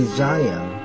Isaiah